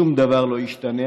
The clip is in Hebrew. שום דבר לא ישתנה,